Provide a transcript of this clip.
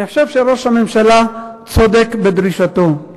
אני חושב שראש הממשלה צודק בדרישתו.